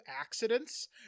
accidents